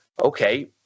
okay